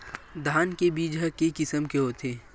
धान के बीजा ह के किसम के होथे?